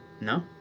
No